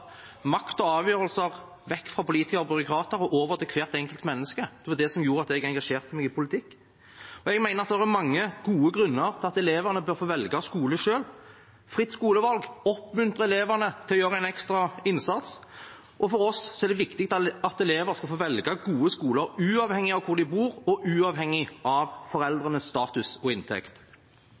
makt og avgjørelser vekk fra politikere og byråkrater og over til hvert enkelt menneske. Det var det som gjorde at jeg engasjerte meg i politikk. Jeg mener det er mange gode grunner til at elevene bør få velge skole selv. Fritt skolevalg oppmuntrer elevene til å gjøre en ekstra innsats. Og for oss er det viktig at elever skal få velge gode skoler uavhengig av hvor de bor, og uavhengig av foreldrenes status og inntekt.